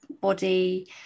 body